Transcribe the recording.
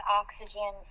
oxygen